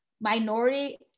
minority